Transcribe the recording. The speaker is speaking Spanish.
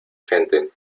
gente